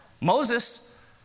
Moses